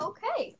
Okay